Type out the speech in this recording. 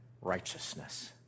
righteousness